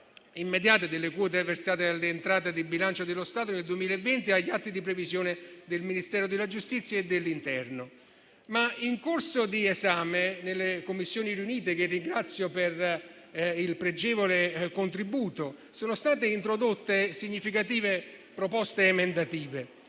immediata delle quote versate all'entrata di bilancio dello Stato nel 2020 e agli atti di previsione dei Ministeri della giustizia e dell'interno. In corso di esame nelle Commissioni riunite, che ringrazio per il pregevole contributo, sono state introdotte significative proposte emendative: